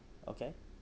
okay